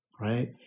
right